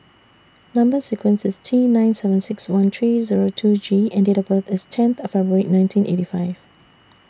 Number sequence IS T nine seven six one three Zero two G and Date of birth IS tenth February nineteen eighty five